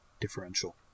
differential